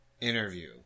interview